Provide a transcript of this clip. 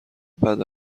بده